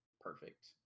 perfect